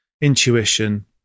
intuition